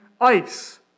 ice